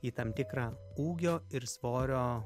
į tam tikrą ūgio ir svorio